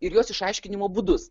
ir jos išaiškinimo būdus